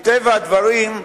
מטבע הדברים,